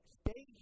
stay